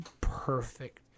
perfect